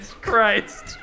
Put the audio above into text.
Christ